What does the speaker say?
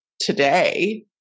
today